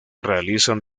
realizan